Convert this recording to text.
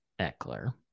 Eckler